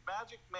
Magic